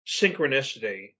synchronicity